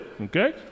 okay